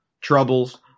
troubles